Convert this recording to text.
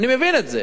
אני מבין את זה.